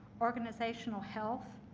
organizational health,